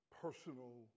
personal